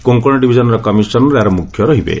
କୋଙ୍କଣ ଡିଭିଜନ୍ର କମିଶନର ଏହାର ମୁଖ୍ୟ ରହିବେ